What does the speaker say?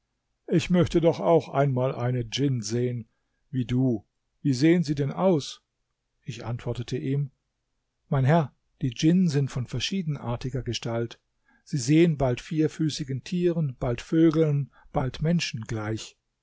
ich möchte doch auch einmal eine djinn sehen wie du wie sehen sie denn aus ich antwortete ihm mein herr die djinn sind von verschiedenartiger gestalt sie sehen bald vierfüßigen tieren bald vögeln bald menschen gleich